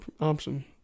option